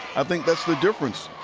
i think that's the difference.